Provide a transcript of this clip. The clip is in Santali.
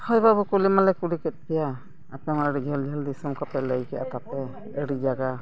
ᱦᱳᱭ ᱵᱟᱹᱵᱩ ᱠᱩᱞᱤ ᱢᱟᱞᱮ ᱠᱩᱞᱤ ᱠᱮᱫ ᱠᱚᱜᱮᱭᱟ ᱟᱯᱮᱢᱟ ᱟᱹᱰᱤ ᱡᱷᱟᱹᱞ ᱡᱷᱟᱹᱞ ᱫᱤᱥᱚᱢ ᱠᱚᱯᱮ ᱞᱟᱹᱭ ᱠᱮᱜᱼᱟ ᱛᱟᱯᱮ ᱟᱹᱰᱤ ᱡᱟᱭᱜᱟ